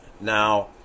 Now